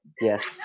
Yes